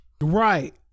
Right